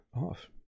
off